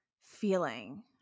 feeling